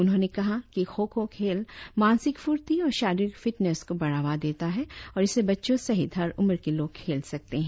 उन्होंने कहा कि खो खो खेल मानसिक फुर्ति और शारीरिक फिटनेस को बढ़ावा देते है और इसे बच्चों सहित हर उम्र के लोग खेल सकते है